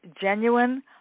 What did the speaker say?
genuine